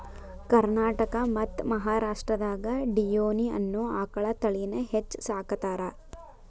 ಕರ್ನಾಟಕ ಮತ್ತ್ ಮಹಾರಾಷ್ಟ್ರದಾಗ ಡಿಯೋನಿ ಅನ್ನೋ ಆಕಳ ತಳಿನ ಹೆಚ್ಚ್ ಸಾಕತಾರ